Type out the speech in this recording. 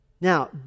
Now